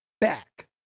back